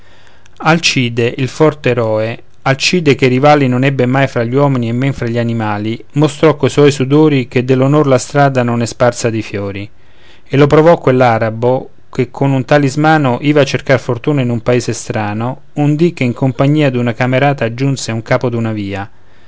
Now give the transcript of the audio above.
e il talismano alcide il forte eroe alcide che rivali non ebbe mai fra gli uomini e men fra gli animali mostrò co suoi sudori che dell'onor la strada non è sparsa di fiori e lo provò quell'arabo che con un talismano iva a cercar fortuna in un paese strano un dì che in compagnia d'un camerata giunse a capo d'una via